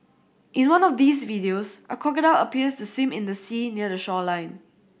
in one of these videos a crocodile appears to swim in the sea near the shoreline